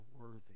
worthy